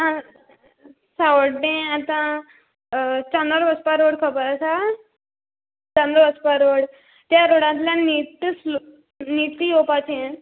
आं सावड्डें आतां चांदोर वचपा रोड खबर आसा चांदोर वचपा रोड त्या रोडांतल्यान नीट्ट स्लोप नीट्ट येवपाचें